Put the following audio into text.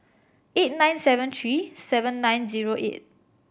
eight nine seven three seven nine zero eight